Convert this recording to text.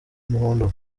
umuhondo